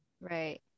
right